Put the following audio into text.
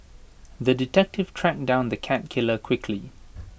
the detective tracked down the cat killer quickly